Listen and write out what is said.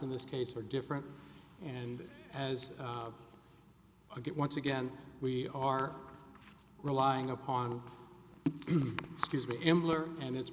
in this case are different and as i get once again we are relying upon excuse me ambler and